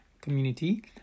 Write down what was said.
community